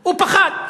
הוא פחד,